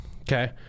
Okay